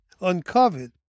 uncovered